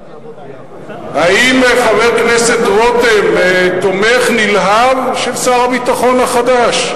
האם חבר הכנסת רותם תומך נלהב של שר הביטחון החדש?